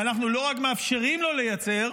ואנחנו לא רק מאפשרים לו לייצר,